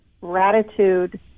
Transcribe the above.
gratitude